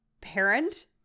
parent